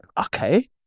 okay